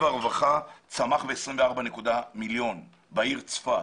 הרווחה צמח ב-24 נקודה מיליון בעיר צפת.